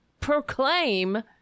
proclaim